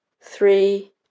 three